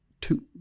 two